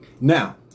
Now